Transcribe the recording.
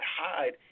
hide